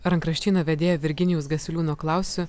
rankraštyno vedėja virginijaus gasiliūno klausiu